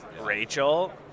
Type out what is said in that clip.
rachel